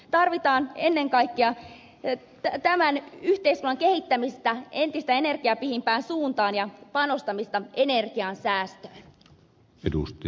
tarvitaan ennen kaikkea tämän yhteiskunnan kehittämistä entistä energiapihimpään suuntaan ja panostamista energian säästöön